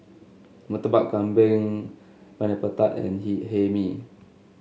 Murtabak Kambing Pineapple Tart and he Hae Mee